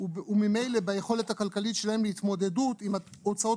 וממילא ביכולת הכלכלית שלהם להתמודדות עם הוצאות